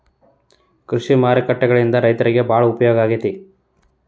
ಕೃಷಿ ಮಾರುಕಟ್ಟೆಗಳಿಂದ ರೈತರಿಗೆ ಬಾಳ ಉಪಯೋಗ ಆಗೆತಿ